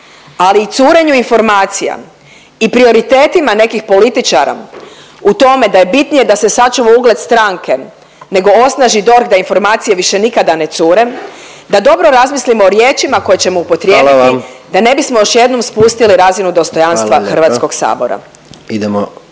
ali i curenju informacija i prioritetima nekih političara u tome da je bitnije da se sačuva ugled stranke nego osnaži DORH da informacije više nikada ne cure, da dobro razmislimo o riječima koje ćemo upotrijebiti… …/Upadica predsjednik: Hvala vam./… …da ne bismo još jednom spustili razinu dostojanstva HS.